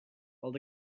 while